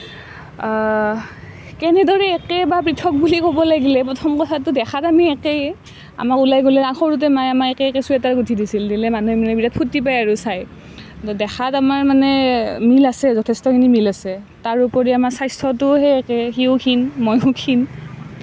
কেনেদৰে একে বা পৃথক বুলি ক'ব লাগিলে প্ৰথম কথাটো দেখাত আমি একেই আমাক ওলাই গ'লে সৰুতে মায়ে একে একে ছুৱেটাৰ গোঁঠি দিছিল দিলে মানুহে মানে বিৰাট ফূৰ্তি পায় আৰু চাই দেখাত আমাৰ মানে মিল আছে যথেষ্টখিনি মিল আছে তাৰোপৰি আমাৰ স্বাস্থ্যটোও সেই একে সিও ক্ষীণ ময়ো ক্ষীণ